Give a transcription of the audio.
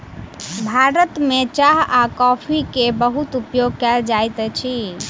भारत में चाह आ कॉफ़ी के बहुत उपयोग कयल जाइत अछि